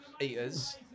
eaters